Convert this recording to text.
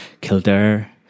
Kildare